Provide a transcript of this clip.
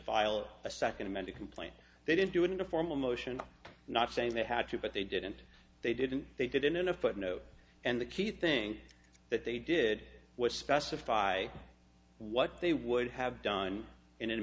file a second amended complaint they didn't do it in a formal motion not saying they had to but they didn't they didn't they did in a footnote and the key thing that they did was specify what they would have done in